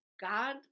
God